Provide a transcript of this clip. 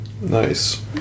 Nice